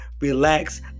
relax